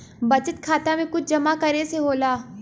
बचत खाता मे कुछ जमा करे से होला?